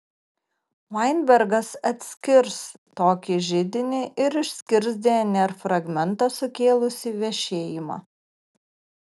vainbergas atskirs tokį židinį ir išskirs dnr fragmentą sukėlusį vešėjimą